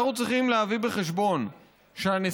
אנחנו צריכים להביא בחשבון שהנסיגה